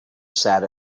sat